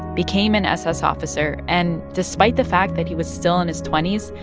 became an ss officer, and despite the fact that he was still in his twenty s,